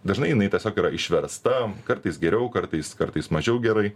dažnai jinai tiesiog yra išversta kartais geriau kartais kartais mažiau gerai